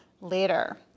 later